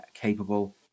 capable